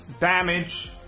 damage